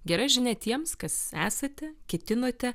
gera žinia tiems kas esate ketinote